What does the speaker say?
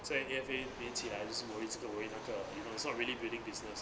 在 A_F_A 念起来就是 worry worry it's not really building business